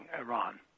Iran